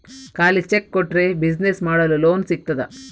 ಖಾಲಿ ಚೆಕ್ ಕೊಟ್ರೆ ಬಿಸಿನೆಸ್ ಮಾಡಲು ಲೋನ್ ಸಿಗ್ತದಾ?